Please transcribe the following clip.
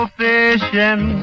fishing